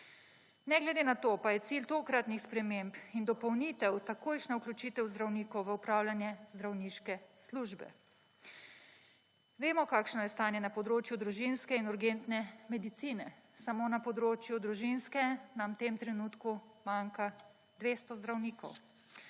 Ne glede na to, pa je cilj tokratnih sprememb in dopolnitev takojšnja vključitev zdravnikov v opravljanje zdravniške službe. Vemo, kakšno je stanje na področju družinske in urgentne medicine. Samo na področju družinske, nam v tem trenutku manjka 200 zdravnikov.